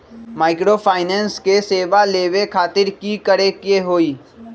Microfinance के सेवा लेबे खातीर की करे के होई?